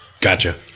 gotcha